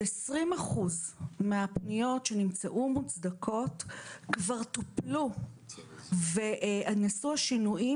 ש-20 אחוז מהפניות שנמצאו מוצדקות כבר טופלו ונעשו השינויים,